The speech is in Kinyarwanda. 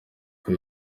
uko